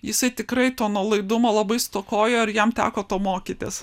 jisai tikrai to nuolaidumo labai stokojo ir jam teko to mokytis